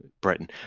britain